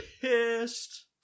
pissed